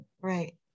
Right